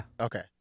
Okay